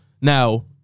Now